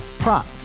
Prop